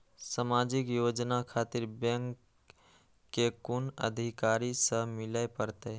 समाजिक योजना खातिर बैंक के कुन अधिकारी स मिले परतें?